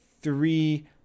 three